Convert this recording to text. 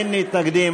אין מתנגדים,